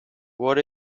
what